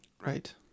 Right